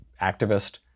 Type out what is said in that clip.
activist